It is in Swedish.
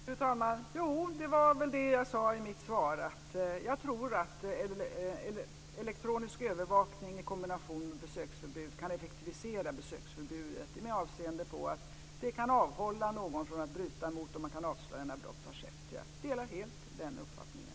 Fru talman! Jo, det var väl det jag sade i mitt svar: Jag tror att elektronisk övervakning i kombination med besöksförbud kan effektivisera besöksförbudet så att det kan avhålla någon från att bryta mot det och så att man kan avslöja när brott har begåtts. Jag delar helt den uppfattningen.